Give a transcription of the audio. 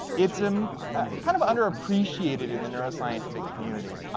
it's um kind of under appreciated in the neuroscientific community.